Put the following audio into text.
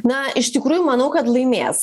na iš tikrųjų manau kad laimės